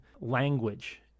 language